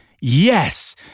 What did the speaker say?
Yes